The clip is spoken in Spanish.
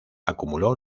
acumuló